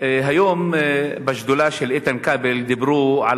היום בשדולה של איתן כבל דיברו על